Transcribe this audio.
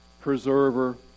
preserver